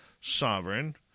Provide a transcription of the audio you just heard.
Sovereign